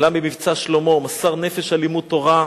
עלה ב"מבצע שלמה", מסר נפש על לימוד תורה,